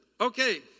Okay